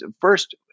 first